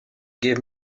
give